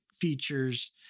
features